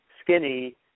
skinny